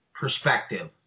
perspective